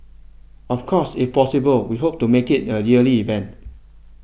of course if possible we hope to make it a yearly event